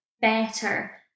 better